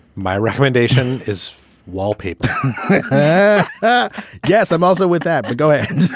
my recommendation is wallpaper i guess i'm elza with that. but go ahead